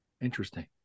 interesting